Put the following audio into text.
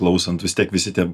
klausant vis tiek visi tie